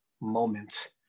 moment